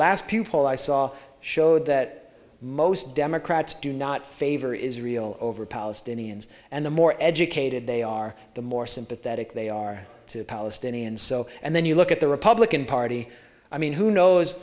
last pew poll i saw showed that most democrats do not favor israel over palestinians and the more educated they are the more sympathetic they are to the palestinians so and then you look at the republican party i mean who knows